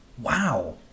Wow